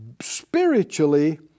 spiritually